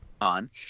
on